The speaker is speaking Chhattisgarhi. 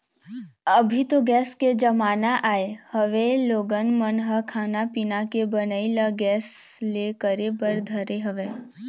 अभी तो गेस के जमाना आय हवय लोगन मन ह खाना पीना के बनई ल गेस ले करे बर धरे हवय